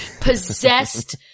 possessed